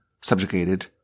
subjugated